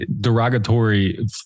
derogatory